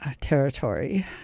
territory